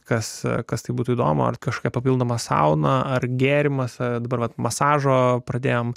kas kas tai būtų įdomu ar kažką papildomą sauną ar gėrimas ar dabar vat masažą pradėjome